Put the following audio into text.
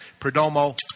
Perdomo